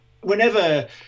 whenever